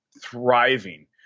thriving